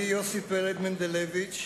אני, יוסי פלד מנדלביץ,